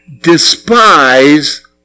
despise